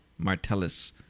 Martellus